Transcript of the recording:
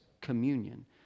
communion